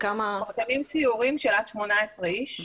אנחנו מקיימים סיורים של עד 18 איש,